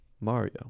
Mario